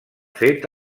fet